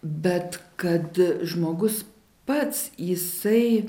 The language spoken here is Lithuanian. bet kad žmogus pats jisai